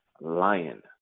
lion